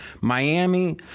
Miami